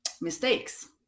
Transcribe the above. mistakes